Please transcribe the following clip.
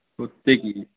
সত্যি